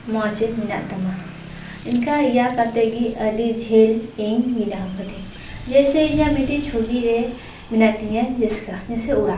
ᱢᱚᱡᱽ ᱢᱮᱱᱟᱜ ᱛᱟᱢᱟ ᱤᱱᱠᱟᱹ ᱤᱭᱟᱹ ᱠᱟᱛᱮᱫ ᱜᱮ ᱟᱹᱰᱤ ᱡᱷᱟᱹᱞ ᱤᱧ ᱵᱮᱱᱟᱣ ᱠᱮᱫᱟᱹᱧ ᱡᱮᱥᱮ ᱤᱧᱟᱹᱜ ᱢᱤᱫᱴᱤᱡ ᱪᱷᱚᱵᱤ ᱨᱮ ᱢᱮᱱᱟᱜ ᱛᱤᱧᱟᱹ ᱡᱟᱹᱥᱠᱟᱹ ᱡᱮᱥᱮ ᱚᱲᱟᱜ